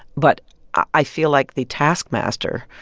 but i feel like the taskmaster.